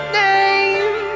name